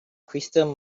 crystal